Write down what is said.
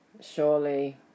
Surely